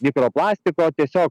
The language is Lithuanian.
mikroplastiko tiesiog